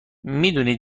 میدونی